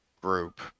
group